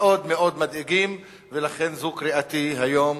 מאוד מאוד מדאיגים, ולכן זו קריאתי היום.